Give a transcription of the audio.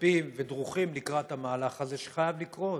ומצפים ודרוכים לקראת המהלך הזה, שחייב לקרות.